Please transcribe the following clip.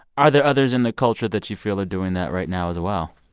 are there others in the culture that you feel are doing that right now as well?